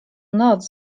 noc